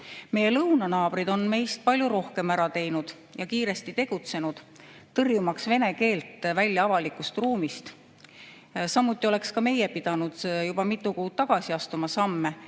Meie lõunanaabrid on meist palju rohkem ära teinud ja kiiresti tegutsenud, tõrjumaks vene keelt välja avalikust ruumist. Samuti oleks ka meie pidanud juba mitu kuud tagasi astuma selleks